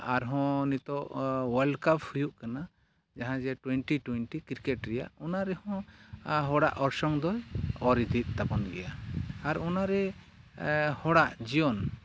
ᱟᱨᱦᱚᱸ ᱱᱤᱛᱳᱜ ᱚᱣᱟᱨᱞᱰᱠᱟᱯ ᱦᱩᱭᱩᱜ ᱠᱟᱱᱟ ᱡᱟᱦᱟᱸ ᱡᱮ ᱴᱩᱭᱮᱱᱴᱤ ᱴᱩᱭᱮᱱᱴᱤ ᱠᱨᱤᱠᱮᱴ ᱨᱮᱭᱟᱜ ᱚᱱᱟ ᱨᱮᱦᱚᱸ ᱦᱚᱲᱟᱜ ᱚᱨᱥᱚᱝ ᱫᱚ ᱚᱨ ᱤᱫᱤᱭᱮᱫ ᱛᱟᱵᱚᱱ ᱜᱮᱭᱟ ᱟᱨ ᱚᱱᱟᱨᱮ ᱦᱚᱲᱟᱜ ᱡᱤᱭᱚᱱ